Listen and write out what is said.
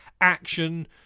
action